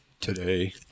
today